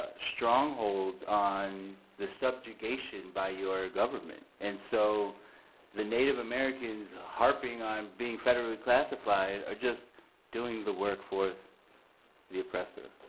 stronghold on the subjugation by your government. and so the native americans harping on being federally classified are just doing the work for the oppressor.